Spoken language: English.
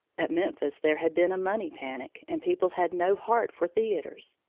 at memphis there had been a money panic, and people had no heart for theaters.